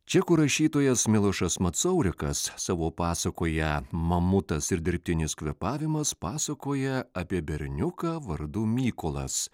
čekų rašytojas milošas matsaurikas savo pasakoje mamutas ir dirbtinis kvėpavimas pasakoja apie berniuką vardu mykolas